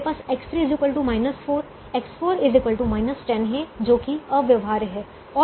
मेरे पास X3 4 X4 10 है जो कि अव्यवहार्य है